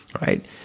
right